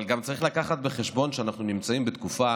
אבל צריך גם להביא בחשבון שאנחנו נמצאים בתקופה